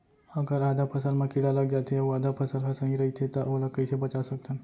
अगर आधा फसल म कीड़ा लग जाथे अऊ आधा फसल ह सही रइथे त ओला कइसे बचा सकथन?